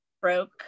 broke